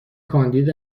کاندید